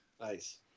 nice